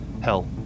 Hell